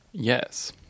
Yes